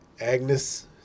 Agnes